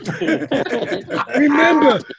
Remember